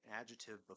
adjective